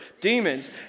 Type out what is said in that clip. Demons